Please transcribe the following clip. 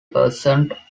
percent